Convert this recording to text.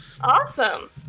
Awesome